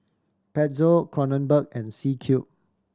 Pezzo Kronenbourg and C Cube